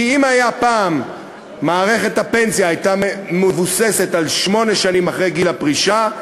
כי אם פעם מערכת הפנסיה הייתה מבוססת על שמונה שנים אחרי גיל הפרישה,